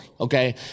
okay